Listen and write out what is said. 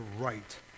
right